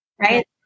right